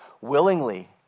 willingly